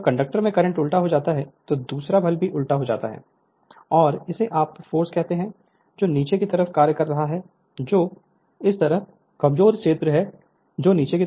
जब कंडक्टर में करंट उल्टा हो जाता है तो दूसरा बल भी उल्टा हो जाता है और इसे आप फोर्स कहते हैं जो नीचे की तरफ कार्य कर रहा है जो इस तरफ कमजोर क्षेत्र है और यहाँ भी है